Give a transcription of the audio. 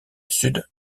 sud